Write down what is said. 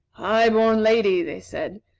high-born lady, they said,